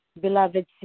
beloved